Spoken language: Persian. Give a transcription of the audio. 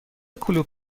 کلوب